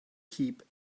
keep